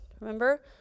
remember